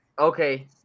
okay